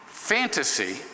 fantasy